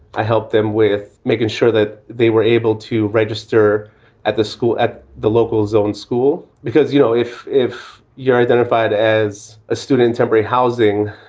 i helped them with making sure that they were able to register at the school, at the local zoned school, because, you know, if if you're identified as a student, temporary housing,